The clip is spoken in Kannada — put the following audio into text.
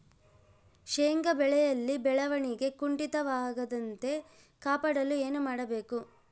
ಶೇಂಗಾ ಬೆಳೆಯಲ್ಲಿ ಬೆಳವಣಿಗೆ ಕುಂಠಿತವಾಗದಂತೆ ಕಾಪಾಡಲು ಏನು ಮಾಡಬೇಕು?